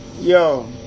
Yo